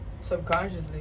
Subconsciously